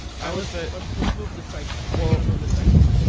i would say let's let's move the strike so we'll and move the strikes up.